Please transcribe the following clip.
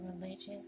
religious